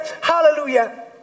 Hallelujah